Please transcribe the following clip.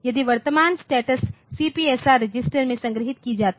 यदि वर्तमान स्टेटस CPSRरजिस्टर में संग्रहीत की जाती है